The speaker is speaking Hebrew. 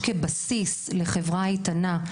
כבסיס לחברה איתנה.